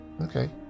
Okay